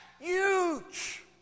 huge